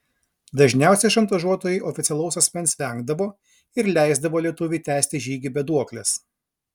dažniausiai šantažuotojai oficialaus asmens vengdavo ir leisdavo lietuviui tęsti žygį be duoklės